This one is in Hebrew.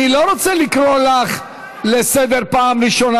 אין לך שום תואר.